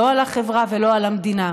לא על החברה ולא על המדינה.